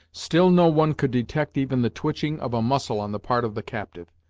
still no one could detect even the twitching of a muscle on the part of the captive,